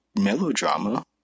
melodrama